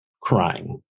crying